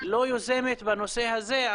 לא יוזמת בנושא הזה,